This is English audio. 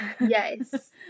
yes